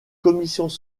commissions